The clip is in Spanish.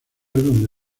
donde